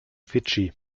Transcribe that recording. fidschi